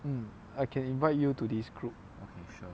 mm I can invite you to this group